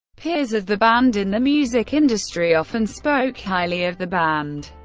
peers of the band in the music industry often spoke highly of the band.